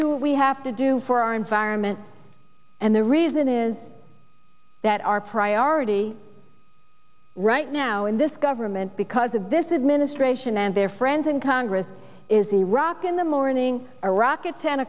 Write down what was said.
do we have to do for our environment and the reason is that our priority right now in this government because of this administration and their friends in congress is iraq in the morning iraq at ten